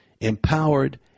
empowered